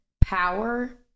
power